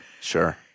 Sure